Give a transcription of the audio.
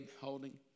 holding